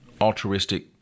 altruistic